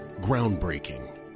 Groundbreaking